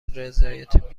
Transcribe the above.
رضایت